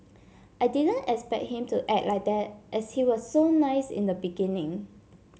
I didn't expect him to act like that as he was so nice in the beginning